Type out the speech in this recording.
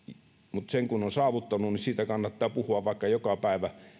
mutta sen kun on saavuttanut niin siitä kannattaa puhua vaikka joka päivä